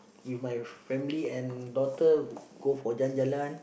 with my family and daughter go for jalan-jalan